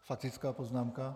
Faktická poznámka?